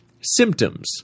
symptoms